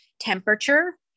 temperature